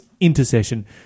intercession